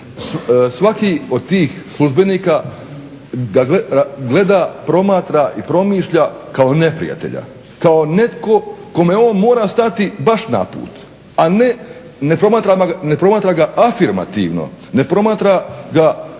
svaki od tih službenika ga gleda, promatra i promišlja kao neprijatelja, kao nekog kome on mora stati baš na put, a ne promatra ga afirmativno, ne promatra ga